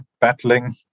battling